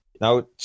Now